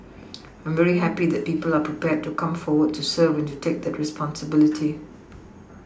I am very happy that people are prepared to come forward to serve and to take that responsibility